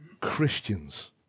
Christians